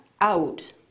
out